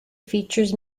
features